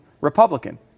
Republican